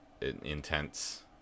intense